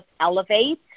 Elevate